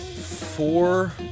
four